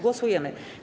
Głosujemy.